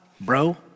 bro